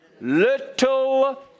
little